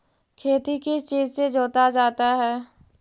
खेती किस चीज से जोता जाता है?